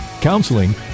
counseling